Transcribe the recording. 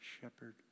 shepherd